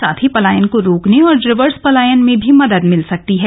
साथ ही पलायन को रोकने और रिवर्स पलायन में भी मदद मिल सकती है